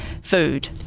food